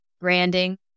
branding